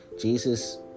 Jesus